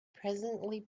presently